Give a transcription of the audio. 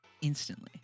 instantly